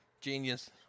genius